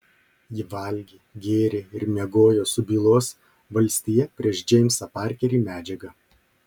ji valgė gėrė ir miegojo su bylos valstija prieš džeimsą parkerį medžiaga